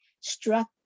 struck